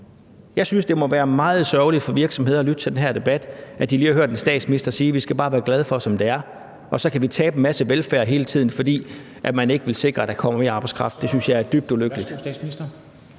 Jeg synes, det må være meget sørgeligt for virksomheder at lytte til den her debat, hvor de lige har hørt en statsminister sige, at vi bare skal være glade for det, som det er. Så kan vi tabe en masse velfærd hele tiden, fordi man ikke vil sikre, at der kommer mere arbejdskraft. Det synes jeg er dybt ulykkeligt.